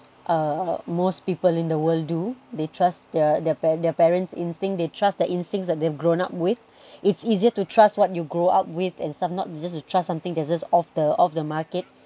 uh most people in the world do they trust their their pa~ their parents' instinct they trust the instincts that they've grown up with its easier to trust what you grow up with and some not just to trust something that is off the market